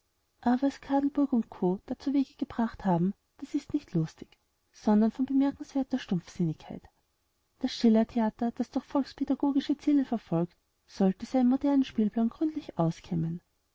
aber was kadelburg u co da zuwege gebracht haben das ist nicht lustig sondern von bemerkenswerter stumpfsinnigkeit das schillertheater das doch volkspädagogische ziele verfolgt sollte seinen modernen spielplan gründlich auskämmen